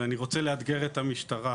ואני רוצה לאתגר את המשטרה.